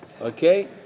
Okay